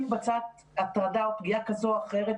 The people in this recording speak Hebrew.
מתבצעת הטרדה או פגיעה כזו או אחרת,